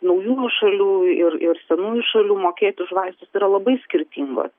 naujųjų šalių ir ir senųjų šalių mokėt už vaistus yra labai skirtingos